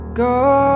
go